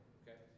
okay